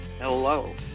Hello